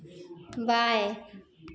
बाएँ